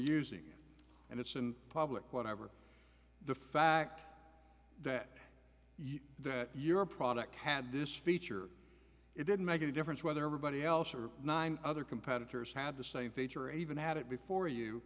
using and it's in public whatever the fact that your product had this feature it didn't make any difference whether or body else or nine other competitors have the same feature or even had it before you